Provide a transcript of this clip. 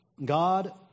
God